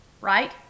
right